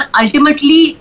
ultimately